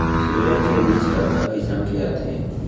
Soya के बीज कतका किसम के आथे?